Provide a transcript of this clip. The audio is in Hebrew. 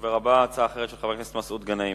הדובר הבא, הצעה אחרת של חבר הכנסת מסעוד גנאים.